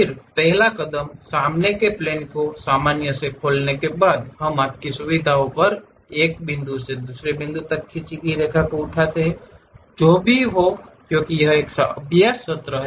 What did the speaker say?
फिर पहला कदम सामने के प्लेन को सामान्य से खोलने के बाद है हम आपकी सुविधा पर एक बिंदु से दूसरे बिंदु तक खींची गई रेखा को उठाते हैं जो भी हो क्योंकि यह एक अभ्यास सत्र है